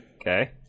Okay